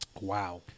Wow